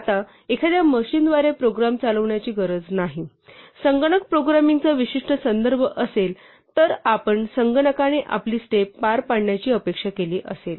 आता एखाद्या मशीनद्वारे प्रोग्राम चालवण्याची गरज नाही संगणक प्रोग्रामिंगचा विशिष्ट संदर्भ असेल तर आपण संगणकाने आपली स्टेप पार पाडण्याची अपेक्षा केली असेल